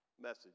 message